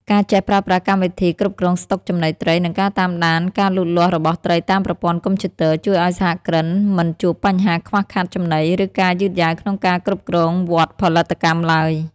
ការចេះប្រើប្រាស់កម្មវិធីគ្រប់គ្រងស្តុកចំណីត្រី និងការតាមដានការលូតលាស់របស់ត្រីតាមប្រព័ន្ធកុំព្យូទ័រ ជួយឱ្យសហគ្រិនមិនជួបបញ្ហាខ្វះខាតចំណី ឬការយឺតយ៉ាវក្នុងការគ្រប់គ្រងវដ្តផលិតកម្មឡើយ។